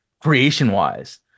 creation-wise